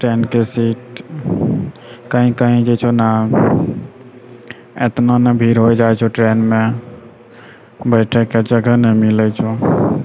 ट्रेनके सीट कहीं कहीं जे छौ ने एतना ने भीड़ हो जाइ छौ ट्रेनमे बैठेके जगह नहि मिलै छौ